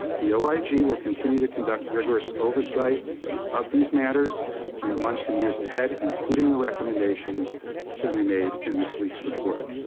the oig will continue to conduct rigorous oversight of these matters in the months and years ahead including the recommendations that we made in this week's report.